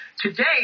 Today